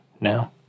now